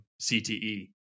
CTE